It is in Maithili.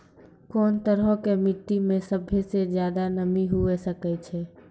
कोन तरहो के मट्टी मे सभ्भे से ज्यादे नमी हुये सकै छै?